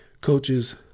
coaches